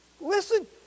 Listen